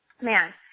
Man